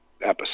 episode